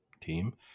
team